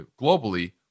globally